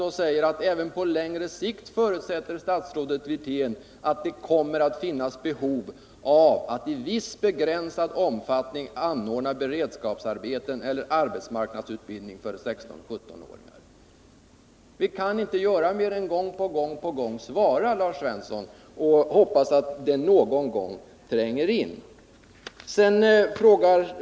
Där säger man: ”Även på längre sikt förutsätter statsrådet Wirtén att det kommer att finnas behov av att i viss begränsad omfattning anordna beredskapsarbete eller arbetsmarknadsutbildning för 16-17-åringar.” Vi kan inte göra mer än att gång på gång svara och hoppas att det någon gång tränger in.